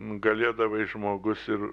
galėdavai žmogus ir